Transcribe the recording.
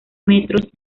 metros